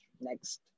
next